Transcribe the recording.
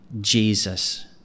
Jesus